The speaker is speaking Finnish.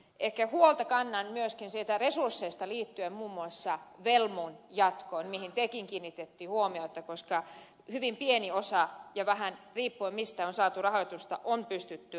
ehkä huolta kannan myöskin resursseista liittyen muun muassa velmun jatkoon mihin tekin kiinnititte huomiota koska hyvin pieni osa vähän riippuen mistä on saatu rahoitusta on pystytty kartoittamaan